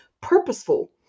purposeful